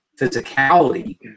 physicality